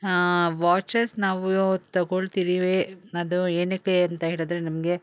ಆ ವಾಚಸ್ ನಾವು ತೊಗೊಳ್ತಿದೀವಿ ಅದು ಏನಕ್ಕೆ ಅಂತ ಹೇಳಿದ್ರೆ ನಮಗೆ